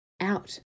Out